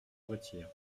retire